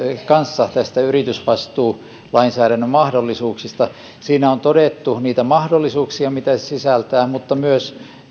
kanssa näistä yritysvastuulainsäädännön mahdollisuuksista siinä on todettu niitä mahdollisuuksia mitä se sisältää mutta myös